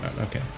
Okay